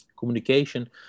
communication